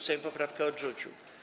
Sejm poprawkę odrzucił.